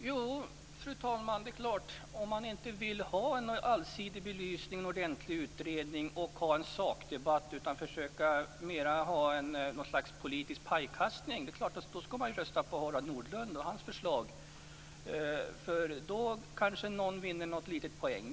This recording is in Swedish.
Fru talman! Ja, det är klart, vill man inte ha en allsidig belysning, en ordentlig utredning och en sakdebatt utan mer försöka ha något slags politisk pajkastning, då skall man rösta på Harald Nordlunds förslag. Då kanske någon vinner en liten poäng.